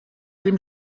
dem